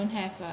I don't have a